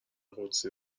قدسی